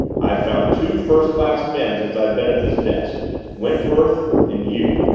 i've found two first-class men since i've been at this desk wentworth and you.